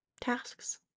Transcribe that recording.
tasks